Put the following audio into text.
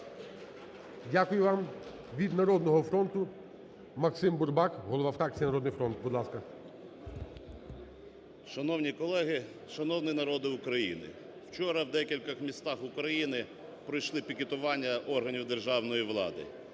Дякую вам. Від "Народний фронт" Максим Бурбак – голова фракції "Народний фронт". Будь ласка. 10:14:37 БУРБАК М.Ю. Шановні колеги! Шановний народе України! Вчора в декількох містах України пройшли пікетування органів державної влади.